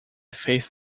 faith